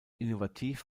innovativ